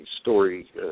story